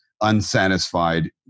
unsatisfied